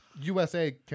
USA